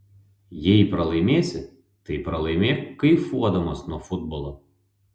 jei pralaimėsi tai pralaimėk kaifuodamas nuo futbolo